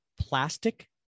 plastic